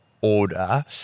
order